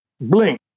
Blink